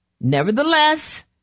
Nevertheless